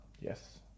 Yes